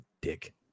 dick